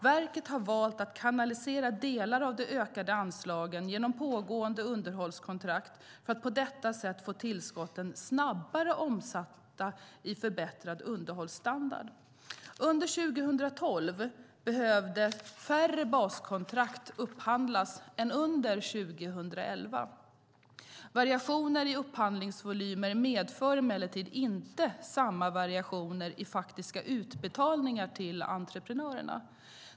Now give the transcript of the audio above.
Verket har valt att kanalisera delar av de ökade anslagen genom pågående underhållskontrakt för att på detta sätt få tillskotten snabbare omsatta i förbättrad underhållsstandard. Under 2012 behövde färre baskontrakt upphandlas än under 2011. Variationer i upphandlingsvolymer medför emellertid inte samma variationer i faktiska utbetalningar till entreprenörerna.